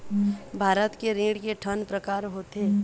भारत के ऋण के ठन प्रकार होथे?